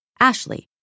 Ashley